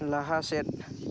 ᱞᱟᱦᱟ ᱥᱮᱫ